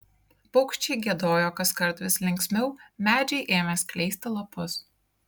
paukščiai giedojo kaskart vis linksmiau medžiai ėmė skleisti lapus